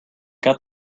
got